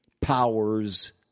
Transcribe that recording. powers